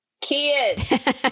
kids